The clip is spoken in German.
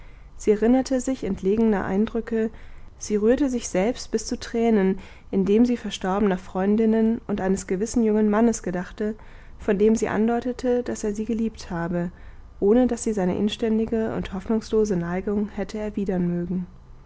sie erinnerte sich entlegener eindrücke sie rührte sich selbst bis zu tränen indem sie verstorbener freundinnen und eines gewissen jungen mannes gedachte von dem sie andeutete daß er sie geliebt habe ohne daß sie seine inständige und hoffnungslose neigung hätte erwidern mögen